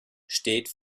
steht